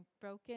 broken